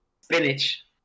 spinach